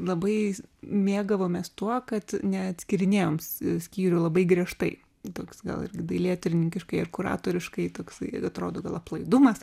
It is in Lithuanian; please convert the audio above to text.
labai jais mėgavomės tuo kad neatskyrinėjom sk skyrių labai griežtai nu toks gal irgi dailėtyrininkiškai oratoriškai toksai atrodo gal aplaidumas